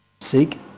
Seek